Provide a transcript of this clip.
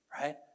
right